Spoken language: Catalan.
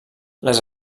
les